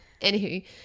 anywho